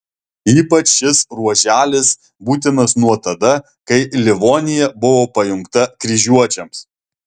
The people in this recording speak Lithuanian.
ypač šis ruoželis būtinas nuo tada kai livonija buvo pajungta kryžiuočiams